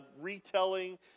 retelling